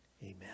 Amen